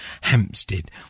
Hampstead